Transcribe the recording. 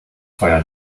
feuer